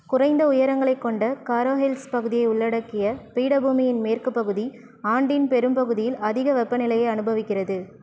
குறைந்த உயரங்களைக் கொண்ட காரோ ஹில்ஸ் பகுதியை உள்ளடக்கிய பீடபூமியின் மேற்குப் பகுதி ஆண்டின் பெரும்பகுதியில் அதிக வெப்பநிலையை அனுபவிக்கிறது